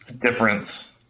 difference